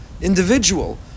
individual